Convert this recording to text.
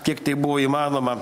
kiek tai buvo įmanoma